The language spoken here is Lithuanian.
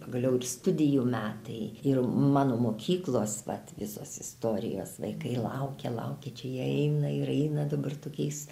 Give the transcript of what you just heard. pagaliau ir studijų metai ir mano mokyklos vat visos istorijos vaikai laukia laukia čia jie eina ir eina dabar tokiais